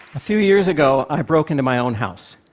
a few years ago, i broke into my own house.